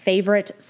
Favorite